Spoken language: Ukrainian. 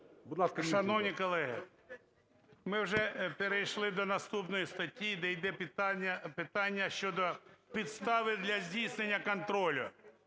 Шановні колеги, ми вже перейшли до наступної статті, де йде питання щодо підстави для здійснення контролю.